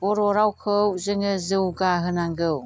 बर' रावखौ जोङो जौगाहोनांगौ